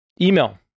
email